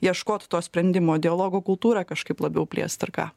ieškot to sprendimo dialogo kultūroj kažkaip labiau plėst ar ką